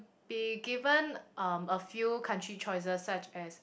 they given um a few country choices such as